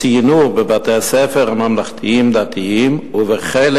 ציינו בבתי-הספר הממלכתיים-דתיים ובחלק